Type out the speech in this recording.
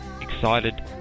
Excited